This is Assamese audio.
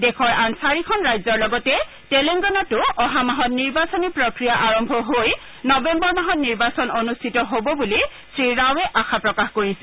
দেশৰ আন চাৰিখন ৰাজ্যৰ লগতে তেলেংগানাতো অহা মাহত নিৰ্বাচনী প্ৰক্ৰিয়া আৰম্ভ হৈ নবেম্বৰ মাহত নিৰ্বাচন অনুষ্ঠিত হ'ব বুলি শ্ৰীৰাৱে আশা প্ৰকাশ কৰিছে